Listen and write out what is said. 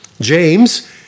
James